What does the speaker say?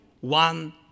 one